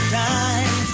time